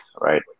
right